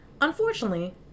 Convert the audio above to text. unfortunately